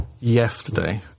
yesterday